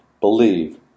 believe